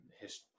history